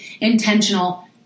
intentional